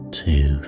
two